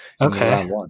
Okay